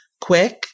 quick